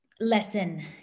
lesson